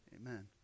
amen